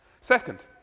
Second